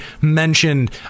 mentioned